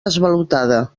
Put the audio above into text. esvalotada